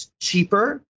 cheaper